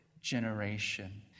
generation